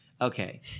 Okay